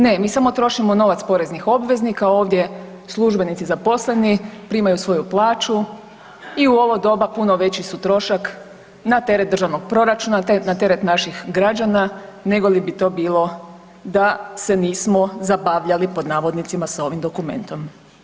Ne, mi samo trošimo novac poreznih obveznika, ovdje službenici zaposleni primaju svoju plaću i u ovo doba puno veći su trošak na teret državnog proračuna, te na teret naših građana negoli bi to bilo da se nismo zabavljali pod navodnicima sa ovim dokumentom.